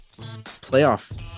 playoff